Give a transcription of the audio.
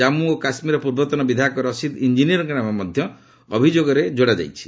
ଜାମ୍ମୁ ଓ କାଶ୍ମୀରର ପୂର୍ବତନ ବିଧାୟକ ରସିଦ ଇଞ୍ଜିନିୟରଙ୍କ ନାମ ମଧ୍ୟ ଅଭିଯୋଗପତ୍ରରେ ଯୋଡା ଯାଇଛି